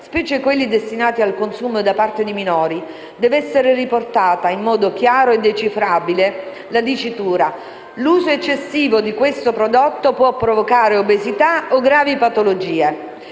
specie quelli destinati al consumo da parte di minori, deve essere riportata, in modo chiaro e decifrabile, la dicitura «l'uso eccessivo di questo prodotto può provocare obesità o gravi patologie».